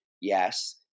Yes